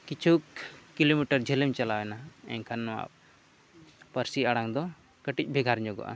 ᱠᱤᱪᱷᱩ kilometre ᱡᱷᱟᱹᱞ ᱮᱢ ᱪᱟᱞᱟᱣᱱᱟ ᱮᱱᱠᱷᱟᱱ ᱱᱚᱣᱟ ᱯᱟᱹᱨᱥᱤ ᱟᱲᱟᱝ ᱫᱚ ᱠᱟᱹᱴᱤᱡ ᱵᱷᱮᱜᱟᱨ ᱧᱚᱜᱚᱜᱼᱟ